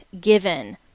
given